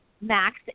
Max